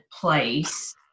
place